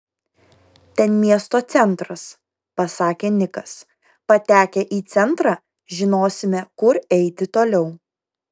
ten miesto centras pasakė nikas patekę į centrą žinosime kur eiti toliau